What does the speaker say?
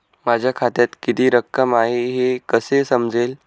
माझ्या खात्यात किती रक्कम आहे हे कसे समजेल?